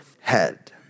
head